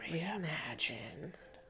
Reimagined